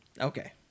Okay